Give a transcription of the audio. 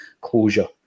closure